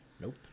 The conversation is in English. Nope